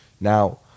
Now